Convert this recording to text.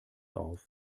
auf